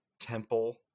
Temple